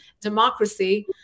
democracy